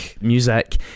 music